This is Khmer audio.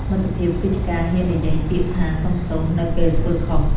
មិត្តភាពគឺជាការហ៊ាននិយាយពាក្យថា "សុំទោស" នៅពេលធ្វើខុស។